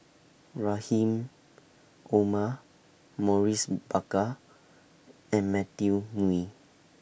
Rahim Omar Maurice Baker and Matthew Ngui